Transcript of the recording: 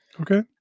Okay